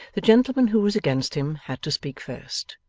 the gentleman who was against him had to speak first,